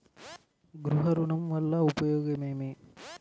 గృహ ఋణం వల్ల ఉపయోగం ఏమి?